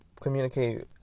communicate